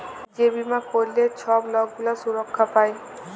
যে বীমা ক্যইরলে ছব লক গুলা সুরক্ষা পায়